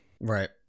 Right